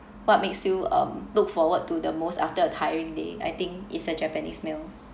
what makes you um look forward to the most after a tiring day I think it's a japanese meal